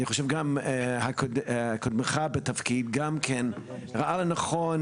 אני חושב שגם קודמך בתפקיד גם כן ראה לנכון